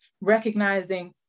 recognizing